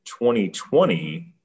2020